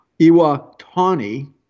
Iwatani